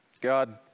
God